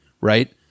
Right